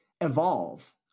evolve